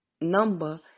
number